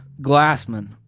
Glassman